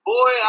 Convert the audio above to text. Boy